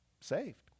Saved